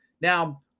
Now